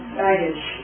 baggage